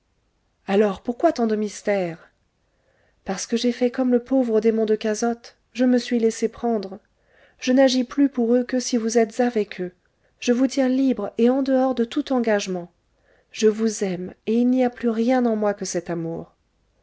alors pourquoi tant de mystères parce que j'ai fait comme le pauvre démon de cazote je me suis laissé prendre je n'agis plus pour eux que si vous êtes avec eux je vous tiens libre et en dehors de tout engagement je vous aime et il n'y a plus rien en moi que cet amour